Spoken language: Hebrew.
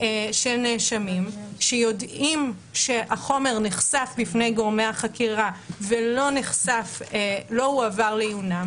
של נאשמים שיודעים שהחומר נחשף בפני גורמי החקירה ולא הועבר לעיונם